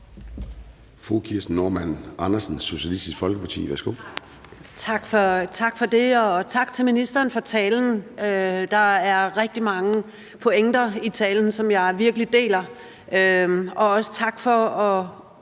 Tak for det, og tak til ministeren for talen. Der er rigtig mange pointer i talen, som jeg virkelig deler. Også tak for at